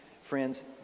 Friends